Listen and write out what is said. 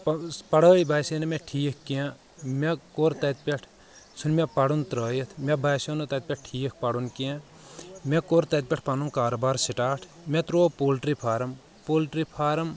پڑاے باسے نہٕ مےٚ ٹھیک کینٛہہ مےٚ کوٚر تتہِ پٮ۪ٹھ ژھُن مےٚ پرن ترٲیتھ مےٚ باسیٚو نہٕ تتہِ پٮ۪ٹھ ٹھیٖکھ پرن کینٛہہ مےٚ کوٚر تتہِ پٮ۪ٹھ پنُن کارٕبار سٹاٹ مےٚ ترٲو پولٹری فارم پولٹری فارم